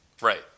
Right